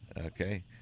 okay